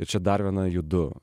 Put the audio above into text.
ir čia dar viena judu